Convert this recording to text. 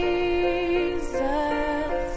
Jesus